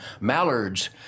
mallards